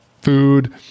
food